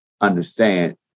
understand